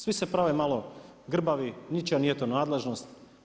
Svi se pravo malo grbavi, ničija nije to nadležnost.